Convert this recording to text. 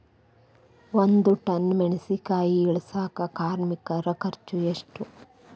ಒಂದ್ ಟನ್ ಮೆಣಿಸಿನಕಾಯಿ ಇಳಸಾಕ್ ಕಾರ್ಮಿಕರ ಖರ್ಚು ಎಷ್ಟು?